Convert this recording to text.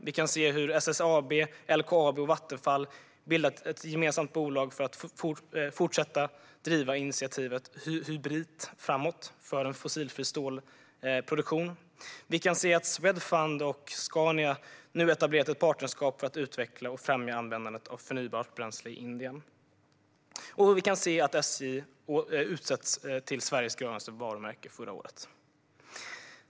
Vi kan se hur SSAB, LKAB och Vattenfall har bildat ett gemensamt bolag för att fortsätta driva initiativet Hybrit framåt, för en fossilfri stålproduktion. Vi kan se att Swedfund och Scania nu har etablerat ett partnerskap för att utveckla och främja användandet av förnybart bränsle i Indien. Vi kan också se att SJ utsågs till Sveriges grönaste varumärke förra året.